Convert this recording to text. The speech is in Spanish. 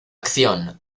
acción